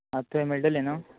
आं थंय मेळटली न्हू